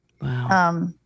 Wow